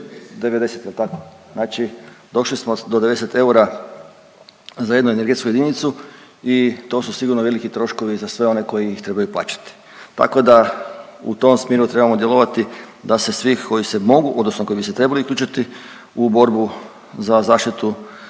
90 jel' tako. Znači došli smo do 90 eura za jednu energetsku jedinicu i to su sigurno veliki troškovi za sve one koji ih trebaju plaćati. Tako da u tom smjeru trebamo djelovati da se svi koji se mogu, odnosno koji bi se trebali uključiti u borbu za zaštitu